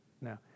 No